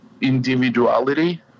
individuality